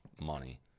money